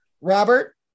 Robert